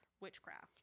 witchcraft